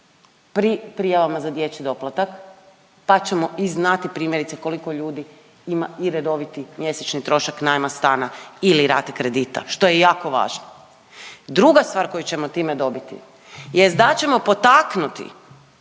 pri prijavama za dječji doplatak pa ćemo i znati primjerice koliko ljudi ima i redoviti mjesečni trošak najma stana ili rate kredita, što je jako važno. Druga stvar koju ćemo time dobiti jest da ćemo potaknuti